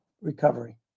recovery